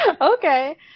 Okay